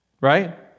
right